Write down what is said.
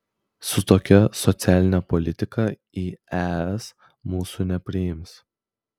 su tokia socialine politika į es mūsų nepriims